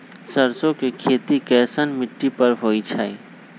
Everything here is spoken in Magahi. सरसों के खेती कैसन मिट्टी पर होई छाई?